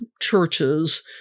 churches